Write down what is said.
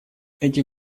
эти